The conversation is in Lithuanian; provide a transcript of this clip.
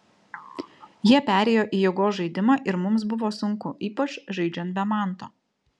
jie perėjo į jėgos žaidimą ir mums buvo sunku ypač žaidžiant be manto